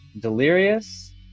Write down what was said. delirious